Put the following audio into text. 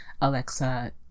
Alexa